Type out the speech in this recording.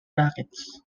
brackets